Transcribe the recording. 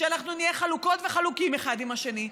שאנחנו נהיה חלוקות וחלוקים אחד על השני,